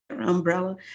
umbrella